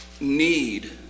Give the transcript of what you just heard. need